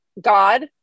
God